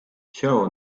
ciało